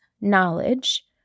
knowledge